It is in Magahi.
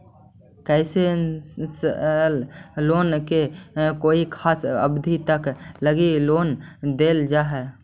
कंसेशनल लोन में कोई खास अवधि तक लगी लोन देल जा हइ